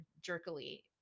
jerkily